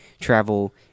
travel